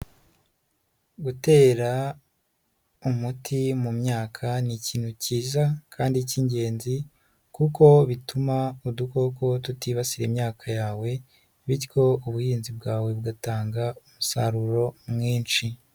Gutera umuti mu myaka ni ikintu cyiza kandi cy'ingenzi kuko bituma udukoko tutibasira imyaka yawe bityo ubuhinzi bwawe bugatanga umusaruro mwinshi.